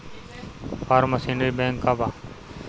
Form machinery bank का बा?